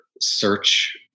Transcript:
search